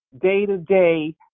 day-to-day